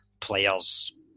players